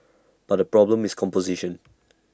but the problem is composition